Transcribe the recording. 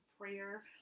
prayer